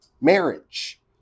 marriage